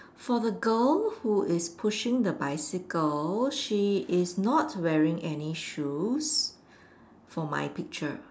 for the girl who is pushing the bicycle she is not wearing any shoes for my picture